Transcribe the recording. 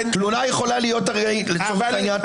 תלונה יכולה להיות הרי לצורך העניין תלונת שווא.